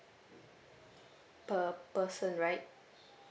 per person right